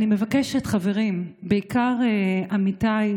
אני מבקשת, חברים, בעיקר עמיתיי